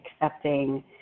accepting